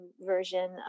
version